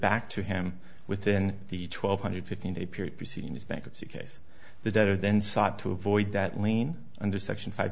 back to him within the twelve hundred fifteen day period proceeding is bankruptcy case the debtor then sought to avoid that lien under section five